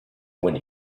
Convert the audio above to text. when